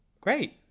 great